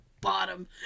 Bottom